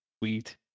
Sweet